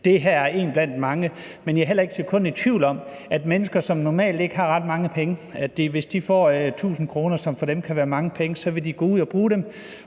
Det her er én blandt mange. Men jeg er heller ikke et sekund i tvivl om, at hvis mennesker, som normalt ikke har ret mange penge, får 1.000 kr., som for dem kan være mange penge, vil de gå ud at bruge dem,